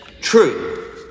true